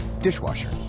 dishwasher